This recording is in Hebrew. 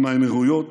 עם האמירויות,